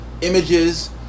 images